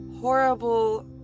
horrible